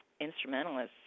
instrumentalists